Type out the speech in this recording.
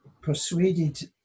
persuaded